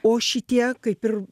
o šitie kaip ir